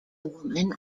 woman